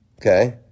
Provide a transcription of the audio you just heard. okay